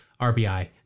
RBI